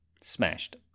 smashed